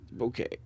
okay